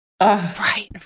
right